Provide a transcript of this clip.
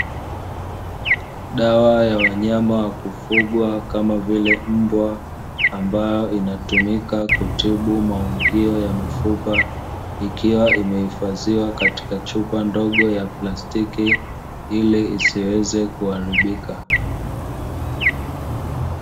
Dawa ya wanyama wa kufugwa kama vile mbwa ambayo inatumika kutibu maungio ya mifupa, ikiwa imehifadhiwa katika chupa ndogo ya plastiki ili isiweze kuharibika.